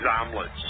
omelets